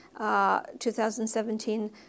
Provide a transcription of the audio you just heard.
2017